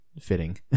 fitting